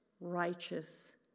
righteous